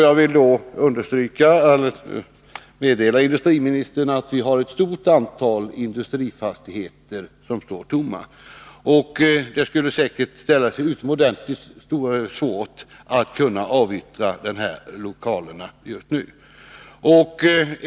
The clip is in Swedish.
Jag kan meddela industriministern att vi i Göteborg har ett stort antal industrifastigheter som står tomma. Det skulle därför ställa sig utomordentligt svårt att avyttra ACO:s lokaler just nu.